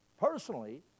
personally